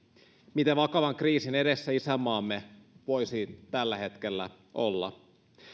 miten vakavan kriisin edessä isänmaamme voisi tällä hetkellä olla